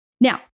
Now